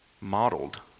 modeled